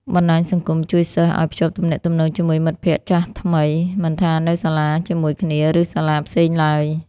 បណ្ដាញសង្គមជួយសិស្សឲ្យ ភ្ជាប់ទំនាក់ទំនងជាមួយមិត្តភក្ដិ ចាស់ថ្មី មិនថានៅសាលាជាមួយគ្នា ឬសាលាផ្សេងឡើយ។